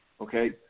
Okay